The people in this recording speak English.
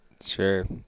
Sure